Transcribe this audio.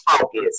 focus